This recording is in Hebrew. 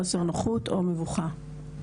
חוסר נוחות או מבוכה.